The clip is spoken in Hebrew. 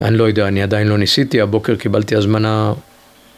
אני לא יודע, אני עדיין לא ניסיתי, הבוקר קיבלתי הזמנה.